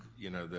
you know,